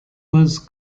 was